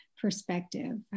perspective